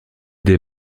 des